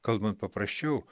kalbant paprasčiau